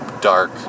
dark